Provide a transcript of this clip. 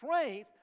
strength